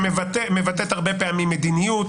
שמבטאת הרבה פעמים מדיניות,